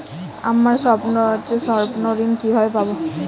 আমি স্বর্ণঋণ কিভাবে পাবো?